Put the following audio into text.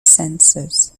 sensors